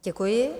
Děkuji.